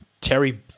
Terry